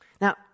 Now